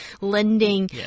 lending